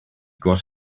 got